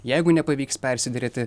jeigu nepavyks persiderėti